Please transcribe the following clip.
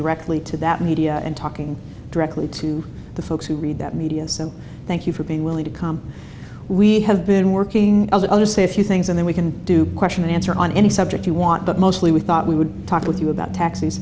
directly to that media and talking directly to the folks who read that media so thank you for being willing to come we have been working under say a few things and then we can do question and answer on any subject you want but mostly we thought we would talk with you about taxes